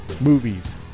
movies